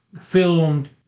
filmed